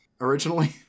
originally